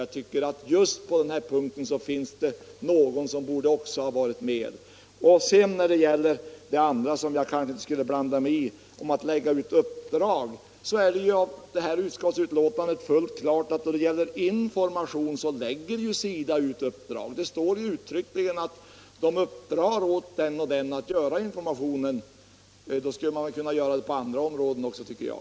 Jag tycker att just på den här punkten finns det någon annan organisation som också borde ha varit med. När det gäller det andra, som jag kanske inte skulle blanda mig i — att lägga ut uppdrag — så är det i utskottsbetänkandet fullt klart att SIDA lägger ut uppdrag i fråga om information. Det står uttryckligen att SIDA uppdrar åt den och den organisationen att ge information. Då skulle man kunna ge sådan information på andra områden också, tycker jag.